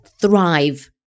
thrive